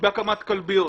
בהקמת כלביות.